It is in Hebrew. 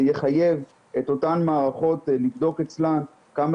זה יחייב את אותן מערכות לבדוק אצלן כמה